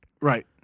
Right